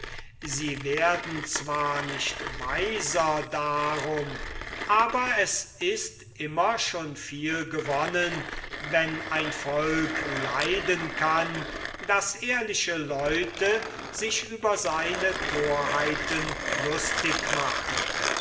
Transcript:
sie werden zwar nicht weiser darum aber es ist immer schon viel gewonnen wenn ein volk leiden kann daß ehrliche leute sich über seine torheiten lustig machen